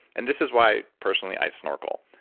and this is why personally i snorkel.